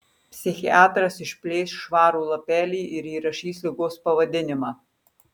psichiatras išplėš švarų lapelį ir įrašys ligos pavadinimą